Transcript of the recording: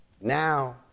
Now